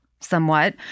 somewhat